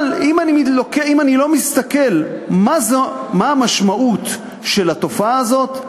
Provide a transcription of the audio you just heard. אבל אם אני לא מסתכל מה המשמעות של התופעה הזאת,